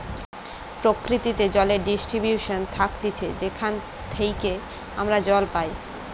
প্রকৃতিতে জলের ডিস্ট্রিবিউশন থাকতিছে যেখান থেইকে আমরা জল পাই